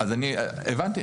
הבנתי.